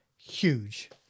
huge